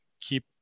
keep